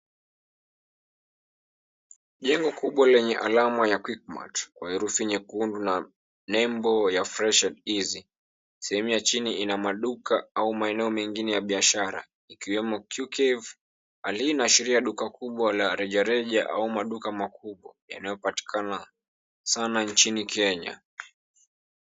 Jengo kubwa lenye alama ya Quickmart kwa herufi nyekundu na nembo ya Fresh&Easy. Sehemu ya chini ina maduka au maeneo mengine ya biashara ikiwemo Qcafe. Hali hii inaashiria duka kubwa la rejareja au maduka makubwa yanayopatikana sana nchini Kenya.